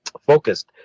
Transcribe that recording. focused